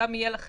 נגיע אליהם